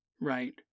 right